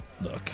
look